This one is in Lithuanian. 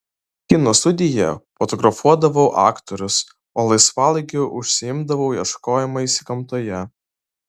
kino studijoje fotografuodavau aktorius o laisvalaikiu užsiimdavau ieškojimais gamtoje